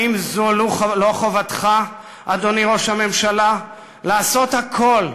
האם זו לא חובתך, אדוני ראש הממשלה, לעשות הכול,